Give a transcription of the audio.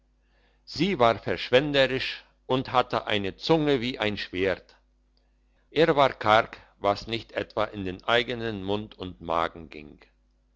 sie war verschwenderisch und hatte eine zunge wie ein schwert er war karg was nicht etwa in den eigenen mund und magen ging